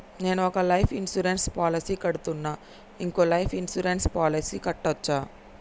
నేను ఒక life insurance policy కడ్తున్నా, ఇంకో లైఫ్ ఇన్సూరెన్స్ పాలసీ కట్టొచ్చా?